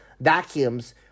vacuums